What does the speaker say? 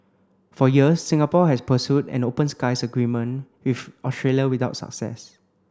for years Singapore has pursued an open skies agreement with Australia without success